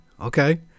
Okay